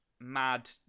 mad